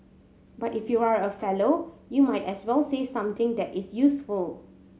but if you are a fellow you might as well say something that is useful